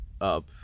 up